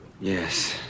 Yes